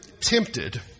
tempted